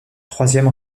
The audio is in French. troisième